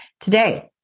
Today